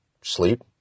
sleep